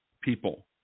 people